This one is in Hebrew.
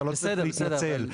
אתה לא צריך להתנצל.